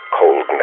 coldness